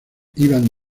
iban